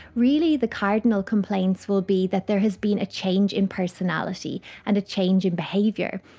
really the cardinal complaints will be that there has been a change in personality and a change in behaviour.